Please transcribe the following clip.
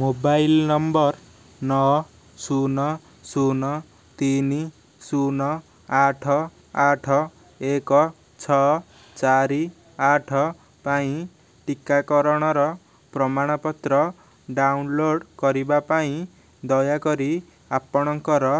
mobile number ନଅ ଶୂନ ଶୂନ ତିନି ଶୂନ ଆଠ ଆଠ ଏକ ଛଅ ଚାରି ଆଠ ପାଇଁ ଟିକାକରଣର ପ୍ରମାଣପତ୍ର ଡାଉନଲୋଡ଼୍ କରିବା ପାଇଁ ଦୟାକରି ଆପଣଙ୍କର